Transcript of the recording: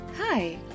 Hi